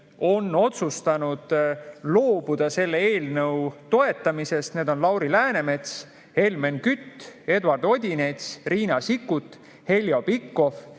on otsustanud loobuda selle eelnõu toetamisest. Need on Lauri Läänemets, Helmen Kütt, Eduard Odinets, Riina Sikkut, Heljo Pikhof